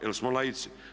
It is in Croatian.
Jer smo laici.